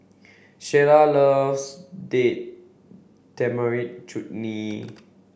Sheyla loves Date Tamarind Chutney